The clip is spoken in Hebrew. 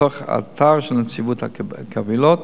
בתוך האתר של נציבות הקבילות.